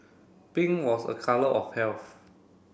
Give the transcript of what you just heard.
pink was a colour of health